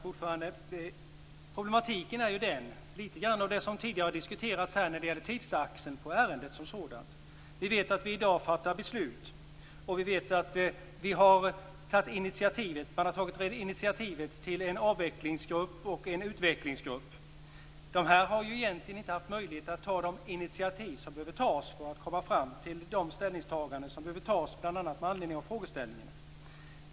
Fru talman! Problematiken är lite grann den som tidigare diskuterats här när det gäller tidsaxeln på ärendet som sådant. Vi vet att vi i dag fattar beslut, och vi vet att man har tagit initiativ till en avvecklingsgrupp och en utvecklingsgrupp. Man har egentligen inte haft möjlighet att ta de initiativ som behöver tas för att komma fram till de ställningstaganden som behöver göras bl.a. med anledning av frågan.